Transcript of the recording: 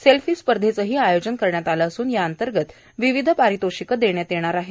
selfie स्पर्धचेही आयोजन करण्यात आले असून याअंतर्गत विविध पारितोषिके देण्यात येणार आहे